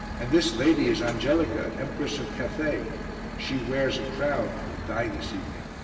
and this lady is angelica, empress of cathay she wears a crown and will die this evening.